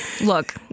look